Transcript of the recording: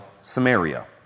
Samaria